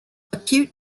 acute